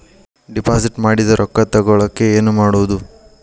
Deposit ಮಾಡಿದ ರೊಕ್ಕ ತಗೋಳಕ್ಕೆ ಏನು ಮಾಡೋದು?